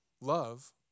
love